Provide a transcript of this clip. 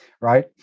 right